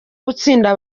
gutsinda